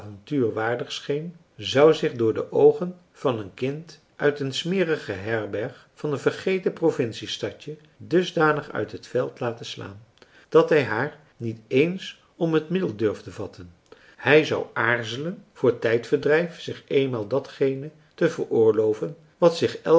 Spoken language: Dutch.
avontuur waardig scheen zou zich door de oogen van een kind uit een smerige herberg van een vergeten provincie stadje dusdanig uit het veld laten slaan dat hij haar niet eens om het middel durfde vatten hij zou aarzelen voor tijdverdrijf zich eenmaal datgene te veroorloven wat zich